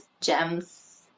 gems